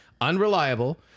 unreliable